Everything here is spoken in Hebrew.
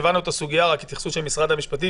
הבנו את הסוגיה, רק התייחסות של משרד המשפטים.